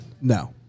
No